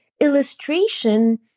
illustration